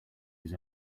his